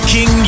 King